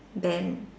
then